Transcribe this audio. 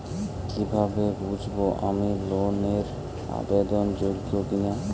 কীভাবে বুঝব আমি লোন এর আবেদন যোগ্য কিনা?